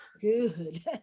good